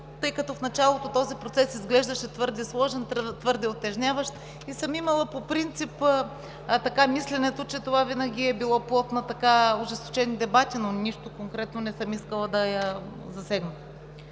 зала. В началото този процес изглеждаше твърде сложен, твърде утежняващ и съм имала по принцип мисленето, че това винаги е било плод на ожесточени дебати, но с нищо конкретно не съм искала да я засегна.